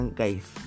guys